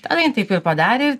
tada jin taip ir padarė